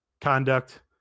conduct